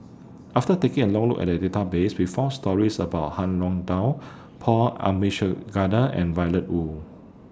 after taking A Long Look At The Database We found stories about Han Paul Abisheganaden and Violet Oon